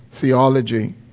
theology